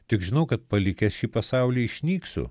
tik žinau kad palikęs šį pasaulį išnyksiu